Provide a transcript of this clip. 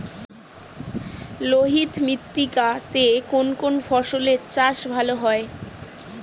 লোহিত মৃত্তিকা তে কোন কোন ফসলের চাষ ভালো হয়?